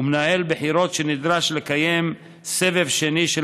ומנהל בחירות שנדרש לקיים סבב שני של